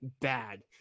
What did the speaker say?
bad